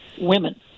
Women